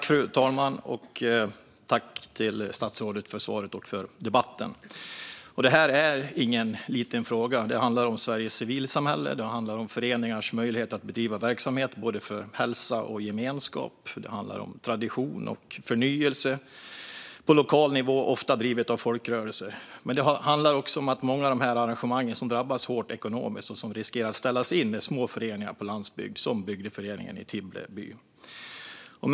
Fru talman! Tack, statsrådet, för svaret och för debatten! Detta är ingen liten fråga. Det handlar om Sveriges civilsamhälle. Det handlar om föreningars möjlighet att bedriva verksamhet både för hälsa och för gemenskap. Det handlar om tradition och förnyelse på lokal nivå. Detta är ofta drivet av folkrörelser. Det handlar också om att det är små föreningar på landsbygden, som Tibble byförening, som drabbas hårt ekonomiskt när arrangemangen riskerar att ställas in.